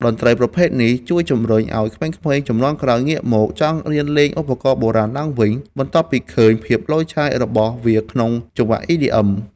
តន្ត្រីប្រភេទនេះជួយជំរុញឱ្យក្មេងៗជំនាន់ក្រោយងាកមកចង់រៀនលេងឧបករណ៍បុរាណឡើងវិញ បន្ទាប់ពីឃើញភាពឡូយឆាយរបស់វាក្នុងចង្វាក់ EDM។